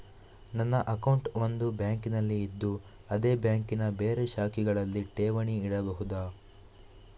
ನನ್ನ ಅಕೌಂಟ್ ಒಂದು ಬ್ಯಾಂಕಿನಲ್ಲಿ ಇದ್ದು ಅದೇ ಬ್ಯಾಂಕಿನ ಬೇರೆ ಶಾಖೆಗಳಲ್ಲಿ ಠೇವಣಿ ಇಡಬಹುದಾ?